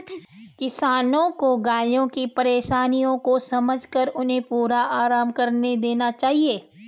किसानों को गायों की परेशानियों को समझकर उन्हें पूरा आराम करने देना चाहिए